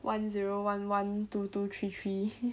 one zero one one two two three three